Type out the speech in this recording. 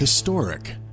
Historic